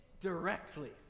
directly